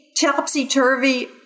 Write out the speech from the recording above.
topsy-turvy